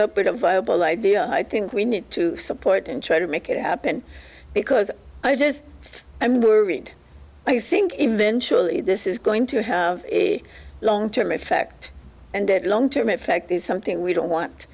up with a viable idea i think we need to support and try to make it happen because i just i'm worried i think eventually this is going to have a long term effect and that long term effect is something we don't want